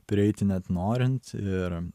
prieiti net norint ir